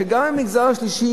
גם המגזר השלישי,